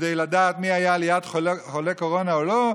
כדי לדעת מי היה ליד חולה קורונה או לא,